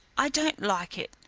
i don't like it.